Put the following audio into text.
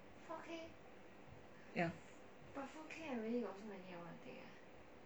ya